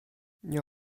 nie